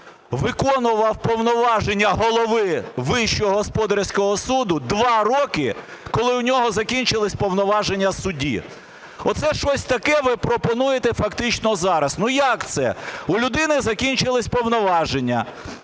виконував повноваження голови Вищого господарського суду 2 роки, коли в нього закінчилися повноваження судді. Оце щось таке ви пропонуєте фактично зараз. Ну, як це? У людини закінчились повноваження,